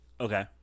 Okay